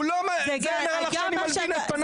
הוא לא --- נראה לך שאני מלבין את פניו?